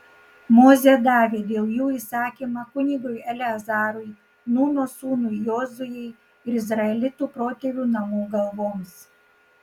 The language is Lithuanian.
mozė davė dėl jų įsakymą kunigui eleazarui nūno sūnui jozuei ir izraelitų protėvių namų galvoms